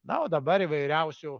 na o dabar įvairiausių